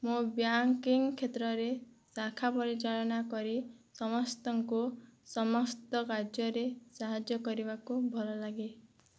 ମୋ ବ୍ୟାକିଙ୍ଗ୍ କ୍ଷେତ୍ରରେ ଶାଖା ପରିଚାଳନା କରି ସମସ୍ତଙ୍କୁ ସମସ୍ତ କାର୍ଯ୍ୟରେ ସାହାଯ୍ୟ କରିବାକୁ ଭଲଲାଗେ